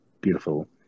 beautiful